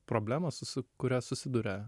problemą su su kuria susiduria